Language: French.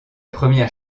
première